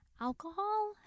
alcohol